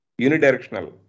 Unidirectional